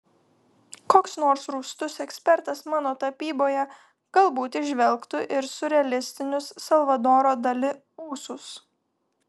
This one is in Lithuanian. koks nors rūstus ekspertas mano tapyboje galbūt įžvelgtų ir siurrealistinius salvadoro dali ūsus